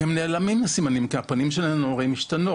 הסימנים נעלמים כי הפנים משתנות.